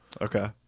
Okay